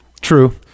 True